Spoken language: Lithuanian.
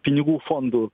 pinigų fondų